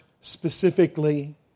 specifically